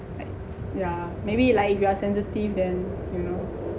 like yeah maybe like if you are sensitive then you know